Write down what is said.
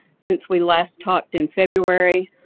since we last talked in february,